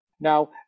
Now